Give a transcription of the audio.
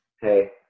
Hey